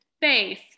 face